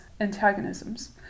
antagonisms